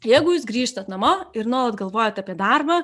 jeigu jūs grįžtat namo ir nuolat galvojat apie darbą